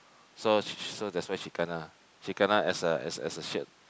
so she she so that's why she kena she kena as a as a shit